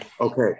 Okay